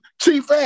Chief